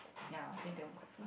ya I think that one quite fun